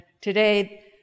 today